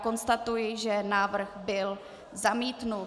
Konstatuji, že návrh byl zamítnut.